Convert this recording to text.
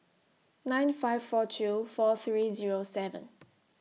nine five four two four three Zero seven